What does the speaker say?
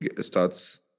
starts